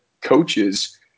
coaches